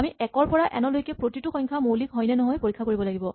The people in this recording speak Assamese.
আমি একৰ পৰা এন লৈকে প্ৰতিটো সংখ্যা মৌলিক হয় নে নহয় পৰীক্ষা কৰিব লাগিব